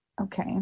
Okay